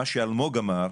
מה שאלמוג אמר,